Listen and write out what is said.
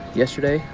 yesterday,